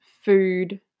food